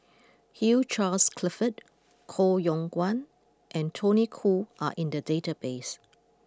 Hugh Charles Clifford Koh Yong Guan and Tony Khoo are in the database